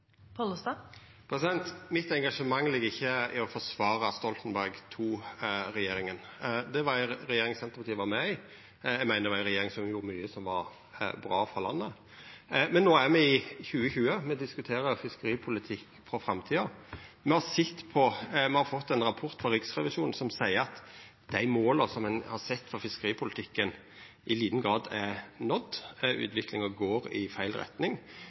Mitt engasjement ligg ikkje i å forsvara Stoltenberg II-regjeringa. Det var ei regjering Senterpartiet var med i, eg meiner det var ei regjering som gjorde mykje som var bra for landet. Men no er me i 2020, me diskuterer fiskeripolitikk for framtida. Me har fått ein rapport frå Riksrevisjonen som seier at dei måla ein har sett for fiskeripolitikken, i liten grad er nådde, utviklinga går i feil retning.